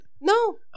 No